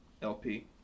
LP